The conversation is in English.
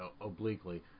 obliquely